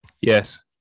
Yes